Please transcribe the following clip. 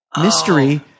Mystery